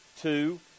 Two